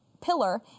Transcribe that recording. pillar